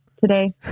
today